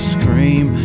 scream